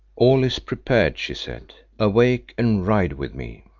all is prepared, she said. awake and ride with me.